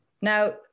Now